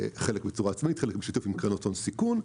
חלק בצורה עצמאית, חלק בשיתוף עם קרנות הון סיכון.